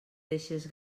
deixes